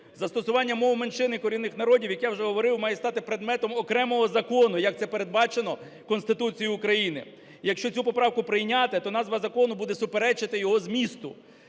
Застосування мов меншин і корінних народів, як я вже говорив, має стати предметом окремого закону, як це передбачено Конституцією України. Якщо цю поправку прийняти, то назва закону буде суперечити його змісту.